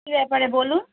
কী ব্যাপারে বলুন